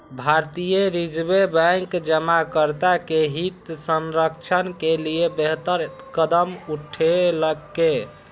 भारतीय reserve bank जमाकर्ता के हित संरक्षण के लिए बेहतर कदम उठेलकै